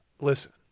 Listen